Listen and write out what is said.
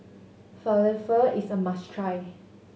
falafel is a must try